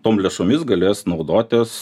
tom lėšomis galės naudotis